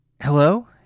Hello